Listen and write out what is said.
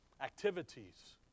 Activities